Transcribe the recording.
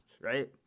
right